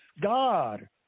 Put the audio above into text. God